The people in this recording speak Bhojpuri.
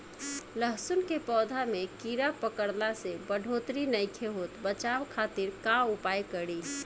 लहसुन के पौधा में कीड़ा पकड़ला से बढ़ोतरी नईखे होत बचाव खातिर का उपाय करी?